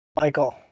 Michael